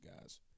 guys